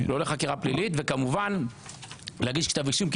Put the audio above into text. לא לחקירה פלילית וכמובן להגיש כתב אישום,